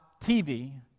TV